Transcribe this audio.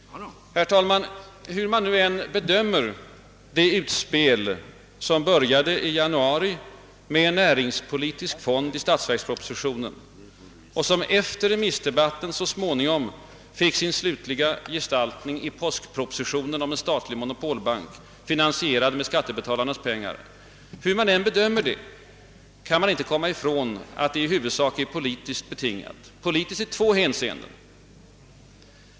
Herr talman! Hur man än bedömer det utspel som började i januari med en näringspolitisk fond i statsverkspropositionen och som efter remissdebatten så småningom fick sin slutliga gestaltning i påskpropositionen om en statlig monopolbank, finansierad med skattebetalarnas pengar, kan man inte komma ifrån att det i huvudsak är politiskt betingat — politiskt i två hänseenden.